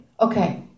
Okay